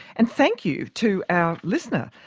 and thank you to our listener,